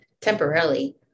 Temporarily